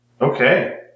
Okay